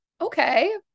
okay